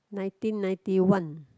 nineteen ninety one